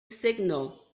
signal